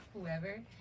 whoever